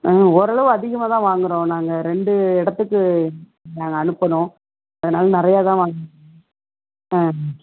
ஆ ஓரளவு அதிகமாகதான் வாங்குகிறோம் நாங்கள் ரெண்டு இடத்துக்கு நாங்கள் அனுப்பணும் அதனால் நிறையா தான் வாங்கணும்